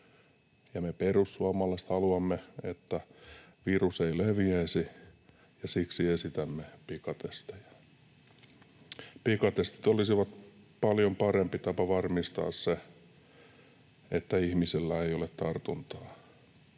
me perussuomalaiset haluamme, että virus ei leviäisi, ja siksi esitämme pikatestejä. Pikatestit olisivat paljon parempi tapa varmistaa se, että ihmisellä ei ole tartuntaa.